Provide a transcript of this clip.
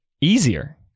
easier